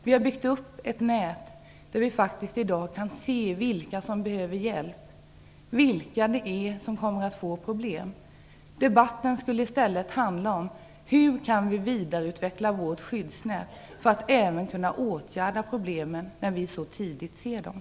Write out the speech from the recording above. Vi har byggt upp ett nät och kan faktiskt i dag se vilka som behöver hjälp och vilka det är som kommer att få problem. Debatten skulle i stället handla om hur vi skall kunna vidareutveckla vårt skyddsnät för att kunna åtgärda problemen, när vi nu ser dem så tydligt.